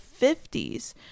50s